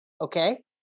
Okay